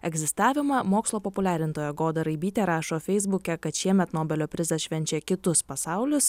egzistavimą mokslo populiarintoja goda raibytė rašo feisbuke kad šiemet nobelio prizas švenčia kitus pasaulius